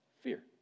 fear